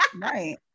right